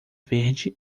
verde